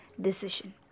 decision